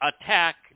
attack